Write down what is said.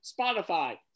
Spotify